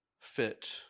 fit